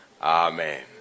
Amen